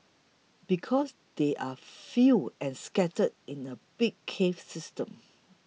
because they are few and scattered in a big cave system